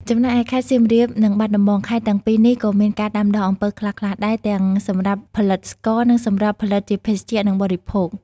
ចំណែកឯខេត្តសៀមរាប និងបាត់ដំបង ខេត្តទាំងពីរនេះក៏មានការដាំដុះអំពៅខ្លះៗដែរ ទាំងសម្រាប់ផលិតស្ករ និងសម្រាប់ផលិតជាភេសជ្ជៈ និងបរិភោគ។